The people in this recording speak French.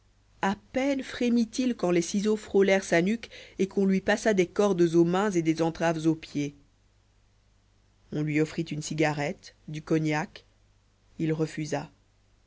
à peine frémit il quand les ciseaux frôlèrent sa nuque et qu'on lui passa des cordes aux mains et des entraves aux pieds on lui offrit une cigarette du cognac il refusa